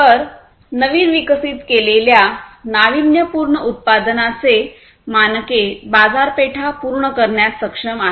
तर नवीन विकसित केलेल्या नाविन्यपूर्ण उत्पादनांचे मानके बाजारपेठा पूर्ण करण्यात सक्षम आहेत